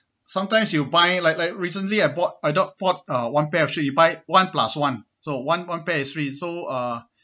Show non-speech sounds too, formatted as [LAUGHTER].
[BREATH] sometimes you buy like like recently I bought I thought bought one pair of shoe you buy one plus one so one one pair is free so uh